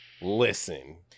Listen